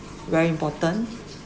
very important